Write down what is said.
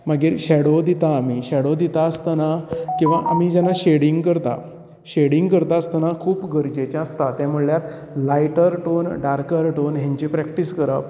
मागीर शेडो दिता आमी शेडो दिता आसतना किंवां आमी जेन्ना शेडिंग करता शेडिंग करता आसतना खूब गरजेचे आसता तें म्हणल्यार लायटर टोन डार्कर टोन हेची प्रेक्टीस करप